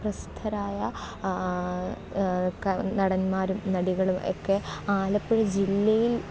പ്രസിദ്ധരായ നടന്മാരും നടികളും ഒക്കെ ആലപ്പുഴ ജില്ലയിൽ